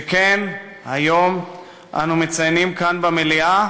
שכן היום אנו מציינים כאן, במליאה,